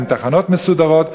עם תחנות מסודרות.